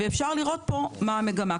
אפשר לראות פה מהי המגמה.